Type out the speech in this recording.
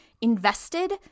invested